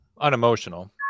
Unemotional